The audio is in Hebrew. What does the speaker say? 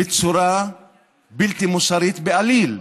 בצורה בלתי מוסרית בעליל.